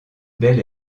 bel